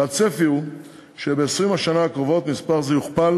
והצפי הוא שב-20 השנה הקרובות מספר זה יוכפל